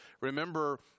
remember